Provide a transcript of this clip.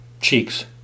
cheeks